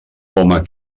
home